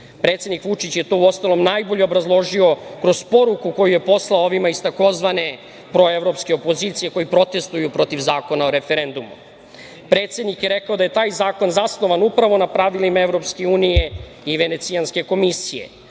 Predsednik Vučić je to, uostalom, najbolje obrazložio kroz poruku koju je poslao ovima iz takozvane proevropske opozicije koji protestuju protiv Zakona o referendumu. Predsednik je rekao da je taj zakon zasnovan upravo na pravilima Evropske unije i Venecijanske komisije. Dakle,